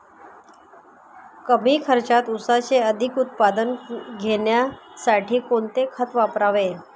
कमी खर्चात ऊसाचे अधिक उत्पादन घेण्यासाठी कोणते खत वापरावे?